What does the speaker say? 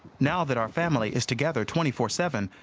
now that our family is together twenty four seven,